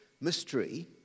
mystery